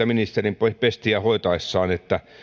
ministerin pestiä hoitaessaan teki ansiokkaan päätöksen että